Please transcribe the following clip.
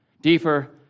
deeper